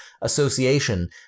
Association